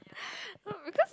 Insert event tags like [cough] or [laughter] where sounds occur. [laughs] because